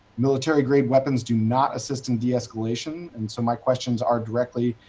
military grade weapons do not assist in de-escalation, and so my questions are directly,